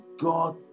God